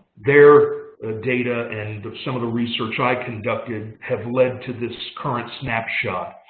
their data and some of the research i conducted have led to this current snapshot.